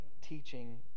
teaching